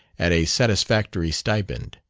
at a satisfactory stipend.